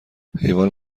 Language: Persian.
حیوان